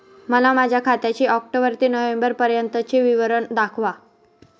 मला माझ्या खात्याचे ऑक्टोबर ते नोव्हेंबर पर्यंतचे विवरण दाखवा